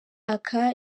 aka